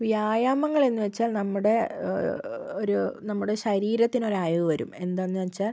വ്യായാമങ്ങൾ എന്നുവെച്ചാൽ നമ്മുടെ ഒരു നമ്മുടെ ശരീരത്തിനൊരയവ് വരും എന്താണെന്ന് വെച്ചാൽ